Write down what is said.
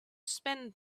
spend